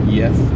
yes